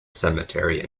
cemetery